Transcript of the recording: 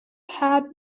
had